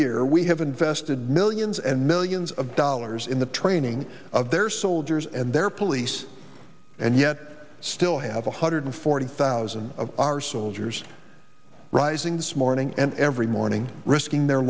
year we have invested millions and millions of dollars in the training of their soldiers and their police and yet still have one hundred forty thousand of our soldiers rising this morning and every morning risking their